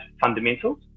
fundamentals